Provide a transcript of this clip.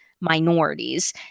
minorities